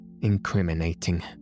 incriminating